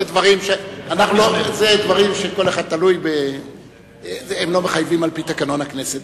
אלה דברים שהם לא מחייבים על-פי תקנון הכנסת.